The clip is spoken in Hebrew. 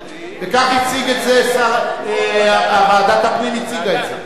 וכך ועדת הפנים הציגה את זה.